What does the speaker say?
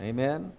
Amen